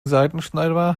seitenschneider